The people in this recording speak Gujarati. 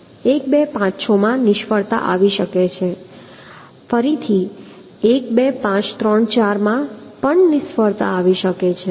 1 2 5 6 માં નિષ્ફળતા આવી શકે છે ફરીથી 1 2 5 3 4 માં નિષ્ફળતા આવી શકે છે